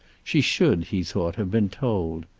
she should, he thought, have been told.